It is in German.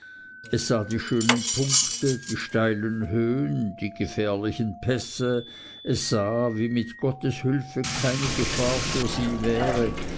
es sah die schönen punkte die steilen höhen die gefährlichen pässe es sah wie mit gottes hülfe keine gefahr für sie wäre